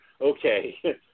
Okay